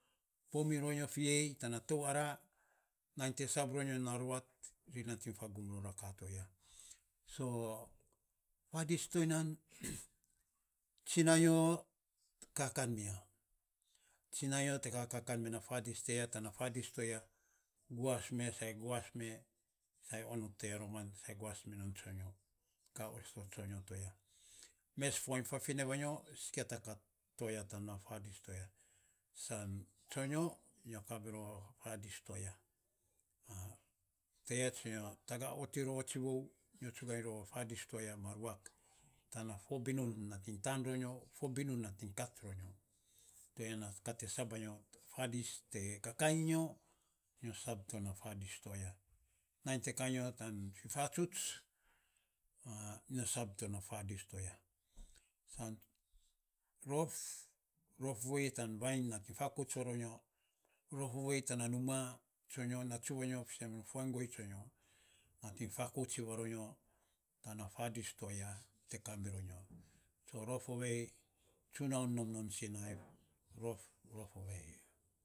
Po mironyo fiyei tana tou ara nainy te sab ro nyo na ruat ri nating fagum ro a ka to ya, soo fadis to ya nan tsina nyo te ka kan mi ya, tsina nyo te ka kan me fadis tiya, sana fadis tiya guas me sa guas me sa onot toya roman, sa guas minon tsonyo. Sa osto tsonyo tiya roman. Mes fuainy fafine vainyo sikia ta ka tana fadis toya, san tsonyo nyo kamirou a fadis toya. Ti ya sana nyo taga of iny rou a tsivou nyo tsugain rou a fadis toya ma ruak. Tan fo binun nating taan ronyo, fo binun nating kat ro nyo, to ya nan kat a nyo fadis to te kakaii nyo sab to na fadis toya. Nainy te ka nyo ta fifatsuts. Nyo sab to na fadis to ya. San rof, rof ovei tan vainy nating fakouts varonyo, rof ovei tana numa tsonyo natsuvanyo fisen men fuainy guei tsonyo nating faakouts varonyo tana fadis to aya te kamiro nyo so rof ovei tsunaun non sinaiv, rof rof ovei.